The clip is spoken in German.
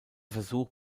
versuch